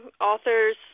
authors